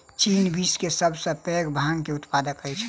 चीन विश्व के सब सॅ पैघ भांग के उत्पादक अछि